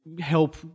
help